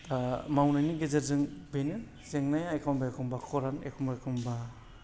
मावनायनि गेजेरजों बेनो जेंनाया एखमब्ला एखमब्ला खरान एखमब्ला एखमब्ला